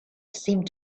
seemed